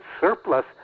surplus